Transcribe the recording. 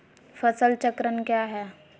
फसल चक्रण क्या है?